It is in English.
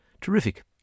Terrific